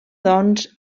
doncs